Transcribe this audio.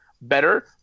better